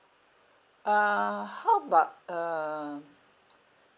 uh how about uh